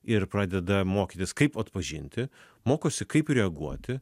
ir pradeda mokytis kaip atpažinti mokosi kaip reaguoti